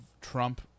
Trump